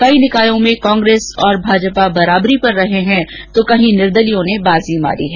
कई निकायों में कांग्रेस और भाजपा बराबरी पर रहे हैं तो कहीं निर्दलियों ने बाज़ी मारी है